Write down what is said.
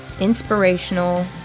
inspirational